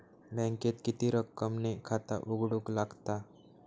बँकेत किती रक्कम ने खाता उघडूक लागता?